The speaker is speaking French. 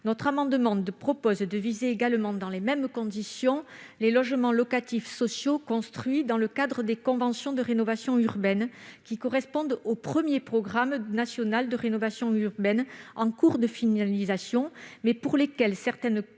Notre amendement tend à étendre ce régime aux logements locatifs sociaux construits dans le cadre des conventions de rénovation urbaine, qui correspondent au premier programme national de rénovation urbaine, en cours de finalisation, mais pour lequel certaines